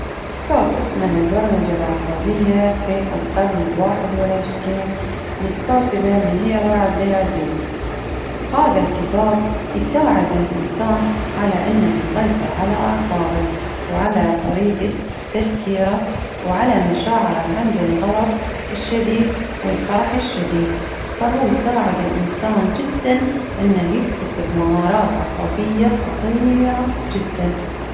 كتاب إسمه البرمجة العصبية في القرن الواحد والعشرين ،للكاتبة مهيرة عبدالعزيز، هذا الكتاب يساعد الإنسان على إنه يسيطر على أعصابه وعلى طريجة تفكيره، وعلى مشاعره عند الغضب الشديد والفرح الشديد، فهو يساعد الإنسان جدا إنه يكتسب مهارات عصبية خطييرة جدا.